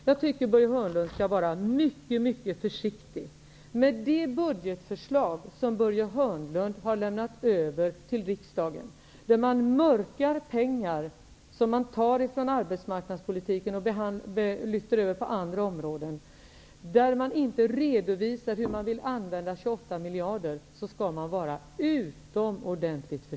Jag tycker att Börje Hörnlund skall vara utomordentligt försiktig, med tanke på det budgetförslag som har lämnats över till riksdagen, där man mörkar pengar som man tar från arbetsmarknadspolitiken och lyfter över på andra områden, där man inte redovisar hur man vill använda 28 miljarder.